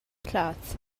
cloth